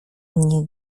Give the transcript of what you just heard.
nie